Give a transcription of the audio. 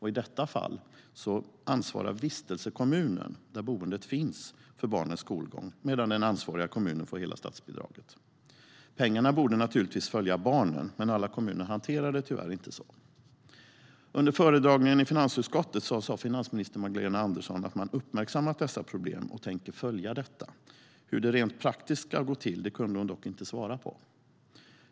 I detta fall ansvarar vistelsekommunen där boendet finns för barnens skolgång, medan den ansvariga kommunen får hela statsbidraget. Pengarna borde naturligtvis följa barnen, men alla kommuner hanterar det tyvärr inte på det sättet. Under föredragningen i finansutskottet sa finansminister Magdalena Andersson att man uppmärksammat dessa problem och tänker följa detta. Hur det rent praktiskt ska gå till kunde hon dock inte svara på.